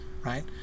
right